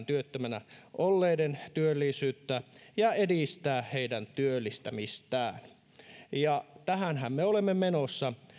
työttömänä olleiden työllisyyttä ja edistää heidän työllistämistään tähänhän me olemme menossa